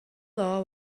law